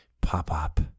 Pop-Up